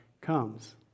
comes